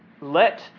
Let